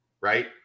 right